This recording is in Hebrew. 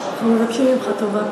כנסת נכבדה,